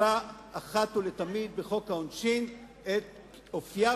שתקבע אחת ולתמיד בחוק העונשין את אופיה